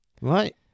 right